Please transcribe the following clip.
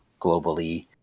globally